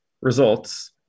results